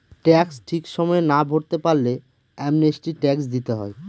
tax ঠিক সময়ে না ভরতে পারলে অ্যামনেস্টি ট্যাক্স দিতে হয়